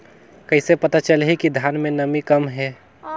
कइसे पता चलही कि धान मे नमी कम हे?